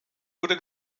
wurde